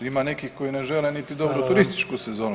Ima i nekih koji ne žele niti dobru turističku sezonu.